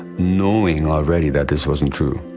knowing already that this wasn't true.